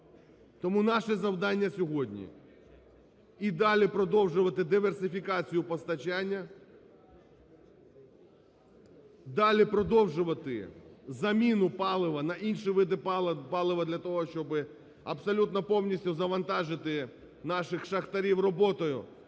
Тому наше завдання сьогодні і далі продовжувати диверсифікацію постачання, далі продовжувати заміну палива на інші види палива для того, щоб абсолютно повністю завантажити наших шахтарів роботою